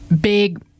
big